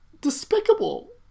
despicable